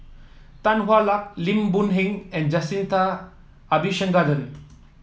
Tan Hwa Luck Lim Boon Heng and Jacintha Abisheganaden